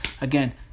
again